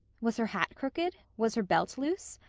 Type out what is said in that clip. was her hat crooked? was her belt loose?